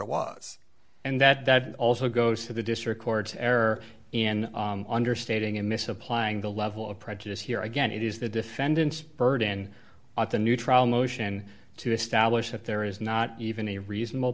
it was and that that also goes to the district court error in understating in misapplying the level of prejudice here again it is the defendant's burden on the new trial motion to establish that there is not even a reasonable